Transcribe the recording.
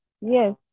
Yes